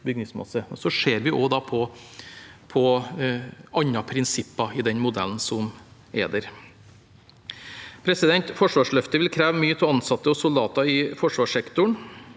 Så ser vi også på andre prinsipper i den modellen som er der. Forsvarsløftet vil kreve mye av ansatte og soldater i forsvarssektoren.